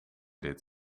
deed